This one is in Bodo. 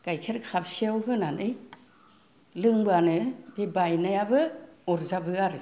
गाइखेर खाबसेआव होनानै लोंबानो बे बायनायाबो अरजाबो आरो